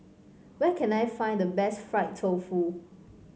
where can I find the best Fried Tofu